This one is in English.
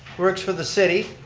works for the city.